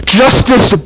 justice